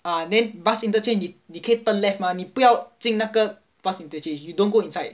ah then bus interchange 你可以 turn left mah 你不要进那个 bus interchange you don't go inside